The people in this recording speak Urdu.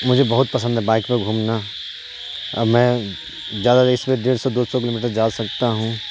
مجھے بہت پسند ہے بائک پہ گھومنا اور میں زیادہ اس میں ڈیڑھ سو دو سو کلو میٹر جا سکتا ہوں